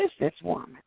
businesswoman